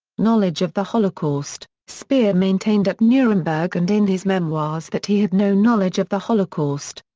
knowledge of the holocaust speer maintained at nuremberg and in his memoirs that he had no knowledge of the holocaust.